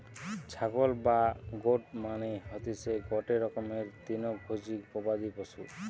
ছাগল বা গোট মানে হতিসে গটে রকমের তৃণভোজী গবাদি পশু